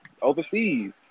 Overseas